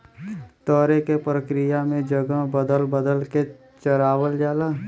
तरे के प्रक्रिया में जगह बदल बदल के चरावल जाला